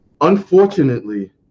unfortunately